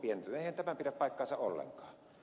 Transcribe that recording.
eihän tämä pidä paikkaansa ollenkaan